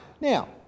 Now